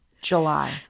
July